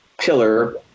pillar